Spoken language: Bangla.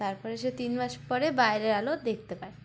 তারপরে সে তিন মাস পরে বাইরের আলো দেখতে পায়